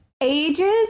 ages